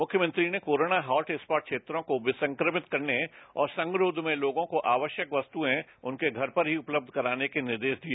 मुख्यमंत्री ने corona hotspot क्षेत्रों को विसंक्रमित करने और संगरोष में लोगों को आवश्यक वस्तुएं उनके घरों पर ही उपलब्ध कराने के निर्देश दिए